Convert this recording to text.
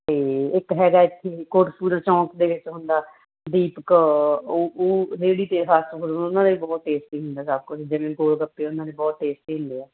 ਅਤੇ ਇੱਕ ਹੈਗਾ ਇੱਥੇ ਕੋਟਕਪੁਰਾ ਚੌਂਕ ਦੇ ਵਿੱਚ ਹੁੰਦਾ ਦੀਪਕ ਉਹ ਉਹ ਰੇਹੜੀ 'ਤੇ ਫਾਸਟ ਫੂਡ ਉਹਨਾਂ ਦੇ ਬਹੁਤ ਟੇਸਟੀ ਹੁੰਦਾ ਸਭ ਕੁਝ ਜਿਵੇਂ ਗੋਲਗੱਪੇ ਉਹਨਾਂ ਦੇ ਬਹੁਤ ਟੇਸਟੀ ਹੁੰਦੇ ਆ